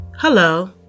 Hello